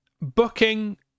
booking